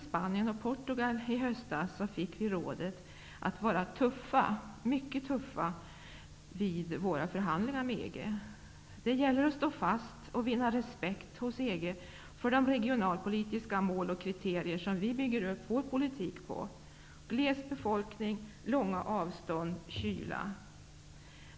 Spanien och Portugal i höstas fick vi rådet att vara mycket tuffa i våra förhandlingar med EG. Det gäller att stå fast och vinna respekt hos EG för de regionalpolitiska mål och kriterier som vi bygger upp vår politik på: gles befolkning, långa avstånd och kyla.